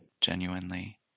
genuinely